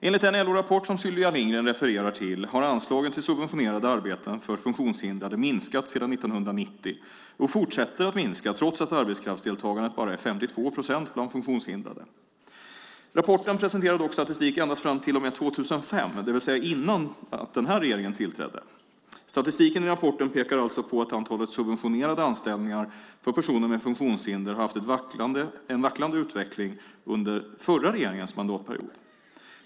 Enligt den LO-rapport som Sylvia Lindgren refererar till har anslagen till subventionerade arbeten för funktionshindrade minskat sedan 1990 och fortsätter att minska trots att arbetskraftsdeltagandet bara är 52 procent bland funktionshindrade. Rapporten presenterar dock statistik endast fram till och med 2005, det vill säga innan den här regeringen tillträde. Statistiken i rapporten pekar alltså på att antalet subventionerade anställningar för personer med funktionshinder har haft en vacklande utveckling under förra regeringens mandatperiod.